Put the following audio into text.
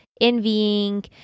envying